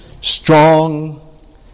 strong